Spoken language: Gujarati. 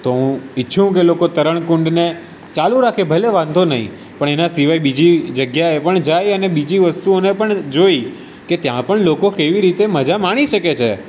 તો હું ઇચ્છુ કે લોકો તરણકુંડને ચાલું રાખે ભલે વાંધો નહીં પણ એના સિવાય બીજી જગ્યાએ પણ જાય અને બીજી વસ્તુઓને પણ જોવે કે ત્યાં પણ લોકો કેવી રીતે મજા માણી શકે છે